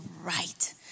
right